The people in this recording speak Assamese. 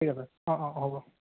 ঠিক আছে অ অ হ'ব